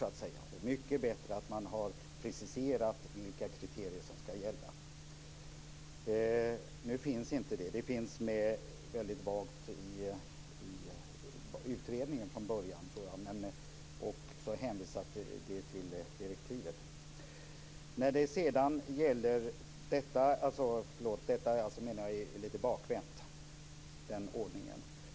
Det är mycket bättre att man preciserar vilka kriterier som skall gälla. Nu finns inte det. Det finns med mycket vagt i utredningen från början tror jag. Men sedan hänvisas det till direktivet. Jag menar alltså att den ordningen är lite bakvänd.